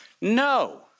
No